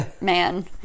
man